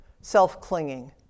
self-clinging